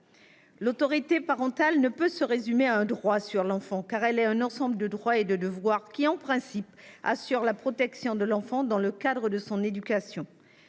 L'autorité parentale ne peut pas se résumer à un droit sur l'enfant, car elle constitue un ensemble de droits et de devoirs qui, en principe, garantissent une protection à l'enfant dans le cadre de son éducation.